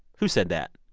who said that?